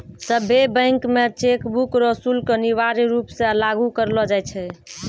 सभ्भे बैंक मे चेकबुक रो शुल्क अनिवार्य रूप से लागू करलो जाय छै